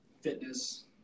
fitness